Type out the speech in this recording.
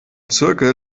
zirkel